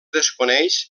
desconeix